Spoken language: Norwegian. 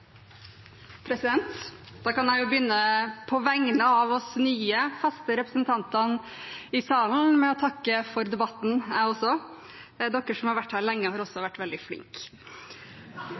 kan jo på vegne av oss nye, faste representanter i salen begynne med å takke for debatten, jeg også. De som har vært her lenge, har også vært veldig flinke.